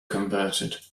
converted